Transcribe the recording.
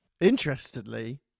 interestingly